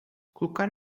colocar